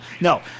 No